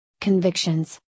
convictions